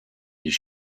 his